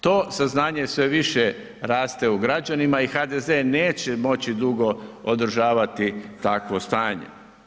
To saznanje sve više raste u građanima i HDZ neće moći dugo održavati takvo stanje.